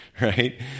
right